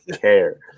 care